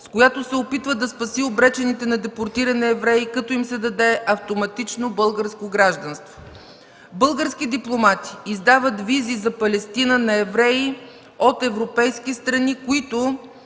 с която се опитва да спаси обречените на депортиране евреи като им се даде автоматично българско гражданство. Български дипломати издават визи за Палестина на евреи от европейски страни, които